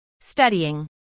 Studying